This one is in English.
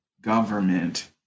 government